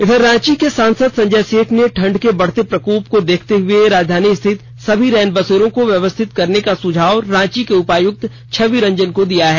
इधर रांची के सांसद संजय सेठ ने ठंड के बढ़ते प्रकोप को देखते हुए राजधानी स्थित सभी रैन बसेरों को व्यवस्थित करने का सुझाव रांची के उपायुक्त छबि रंजन को दिया है